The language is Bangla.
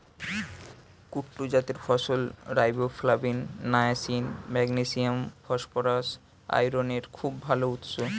কুট্টু জাতের ফসল রাইবোফ্লাভিন, নায়াসিন, ম্যাগনেসিয়াম, ফসফরাস, আয়রনের খুব ভাল উৎস